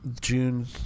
june